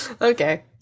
okay